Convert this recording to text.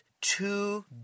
two